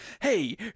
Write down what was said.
hey